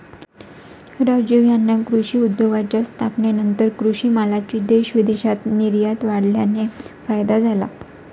राजीव यांना कृषी उद्योगाच्या स्थापनेनंतर कृषी मालाची देश विदेशात निर्यात वाढल्याने फायदा झाला